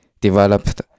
developed